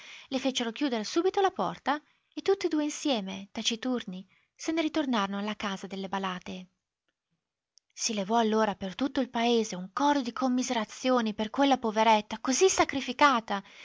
le fecero chiudere subito la porta e tutt'e due insieme taciturni se ne ritornarono alla casa delle balàte si levò allora per tutto il paese un coro di commiserazioni per quella poveretta così sacrificata